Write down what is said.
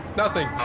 nothing.